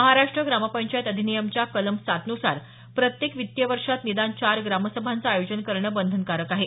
महाराष्ट्र ग्रामपंचायत अधिनियमा च्या कलम सात नुसार प्रत्येक वित्तीय वर्षात निदान चार ग्रामसभांचे आयोजन करणे बंधनकारक आहे